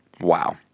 Wow